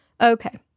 Okay